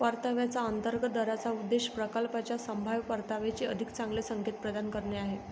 परताव्याच्या अंतर्गत दराचा उद्देश प्रकल्पाच्या संभाव्य परताव्याचे अधिक चांगले संकेत प्रदान करणे आहे